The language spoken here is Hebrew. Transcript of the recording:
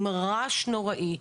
עם רעש נוראי,